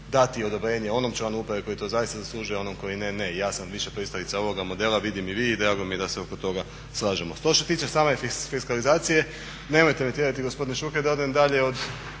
dati odobrenje onom članu uprave koji to zaista zaslužuje, a onom koji ne ne. Ja sam više pristalica ovoga modela, vidim i vi i drago mi je da se oko toga slažemo. Što se tiče same fiskalizacije, nemojte me tjerati gospodine Šuker da odem dalje od